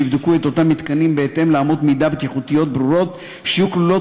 שיבדקו את אותם מתקנים בהתאם לאמות מידה בטיחותיות ברורות שיהיו כלולות